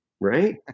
right